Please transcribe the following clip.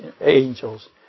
angels